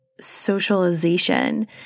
socialization